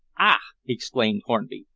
ah! exclaimed hornby,